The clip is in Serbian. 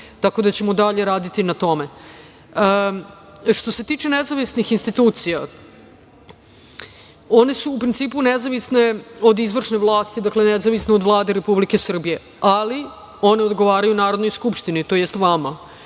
Tako da ćemo dalje raditi na tome. Što se tiče nezavisnih institucija, one su u principu nezavisne od izvršne vlasti, dakle, nezavisne od Vlade Republike Srbije, ali one odgovaraju Narodnoj skupštini to jest vama.